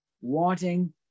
wanting